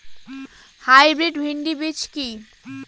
Hybrid ভীন্ডি বীজ কি?